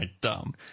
dumb